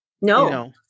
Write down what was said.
no